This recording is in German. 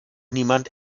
niemand